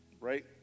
right